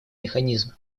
механизма